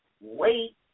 Wait